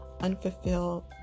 unfulfilled